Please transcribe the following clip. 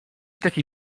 taki